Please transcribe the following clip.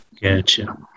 Gotcha